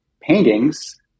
paintings